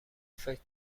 فکر